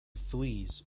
flees